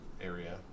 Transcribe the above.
area